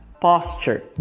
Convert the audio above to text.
posture